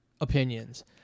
opinions